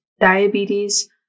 diabetes